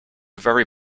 very